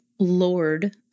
Lord